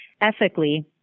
Ethically